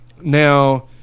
Now